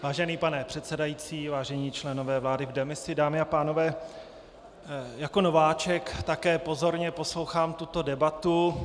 Vážený pane předsedající, vážení členové vlády v demisi, dámy a pánové, jako nováček také pozorně poslouchám tuto debatu.